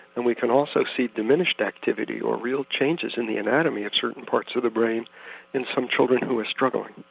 and we can also see diminished activity or real changes in the anatomy at certain parts of the brain in some children who are struggling.